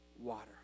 water